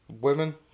women